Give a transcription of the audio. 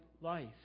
life